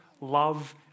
love